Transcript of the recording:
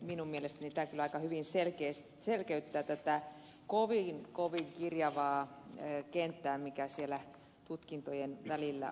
minun mielestäni tämä kyllä aika hyvin selkeyttää tätä kovin kovin kirjavaa kenttää mikä tutkintojen välillä on